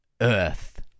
Earth